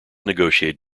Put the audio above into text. negotiate